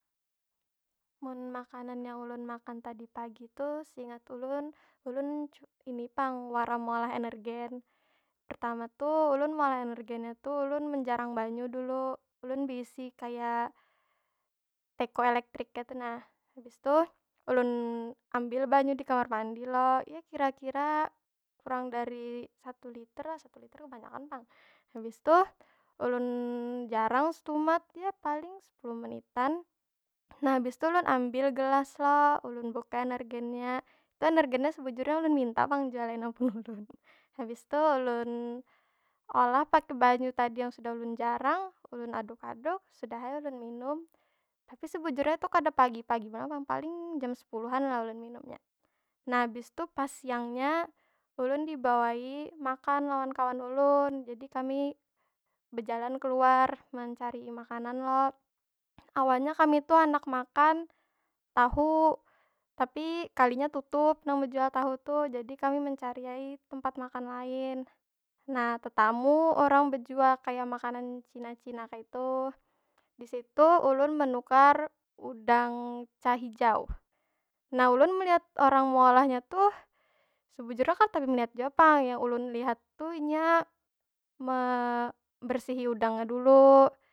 Mun makanan yang ulun makan tadi pagi tu, seingat ulun, ulun wara meolah energen. Pertama tu ulun meolah energennya tu, ulun menjarang banyu dulu. Ulun beisi kaya, teko elektrik kaytu nah. Habis tu, ulun ambil banyu di kamar mandi lo. Ya kira- kira, kurang dari satu liter lah. Satu liter kebanyakan pang. Habis tu ulun jarang setumat, ya paling sepuluh menitan. Nah, habis tu ulun ambil gelas lo. Ulun buka energennya, tu energennya sebujurnya ulun minta pang jua lain ampun ulun. Habis tu ulun olah pakai banyu tadi yang sudah ulun jarang, ulun aduk- aduk, sudah ai ulun minum. Tapi sebujurnya kada pagi- pagi banar pang, paling jam sepuluhan lah ulun minumnya. Nah, abis tu pas siangnya, ulun dibawai makan lawan kawan ulun. Jadi kami, bejalan keluar mencari makanan lo. Awalnya kami tu handak makan, tahu. Kalinya tutup nang bejual tahu tu. Jadi kami mencari ai tempat makan lain. Nah, tetamu urang bejual kaya makanan cina- cina kaytu. Di situ ulun menukar udang ca hijau. Nah ulun meliat orang meolahnya tu, sebujurnya kada tapi melihat jua pang. Yang ulun lihat tu inya, mebersihi udangnya dulu.